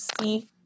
see